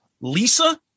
Lisa